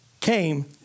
came